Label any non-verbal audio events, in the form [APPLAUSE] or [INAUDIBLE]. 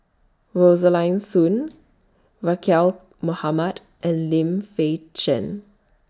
Rosaline Soon [UNINTELLIGIBLE] Mohamad and Lim Fei Shen